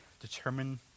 determine